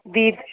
بیس